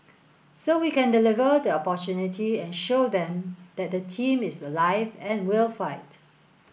so we can deliver the opportunity and show them that the team is alive and will fight